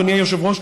אדוני היושב-ראש,